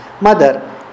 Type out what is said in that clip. Mother